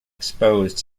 exposed